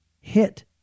Hit